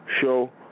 Show